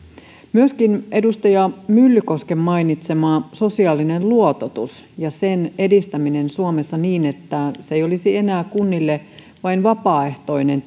myöskin edustaja myllykosken mainitsema sosiaalinen luototus ja sen edistäminen suomessa niin ettei se olisi enää kunnille vain vapaaehtoinen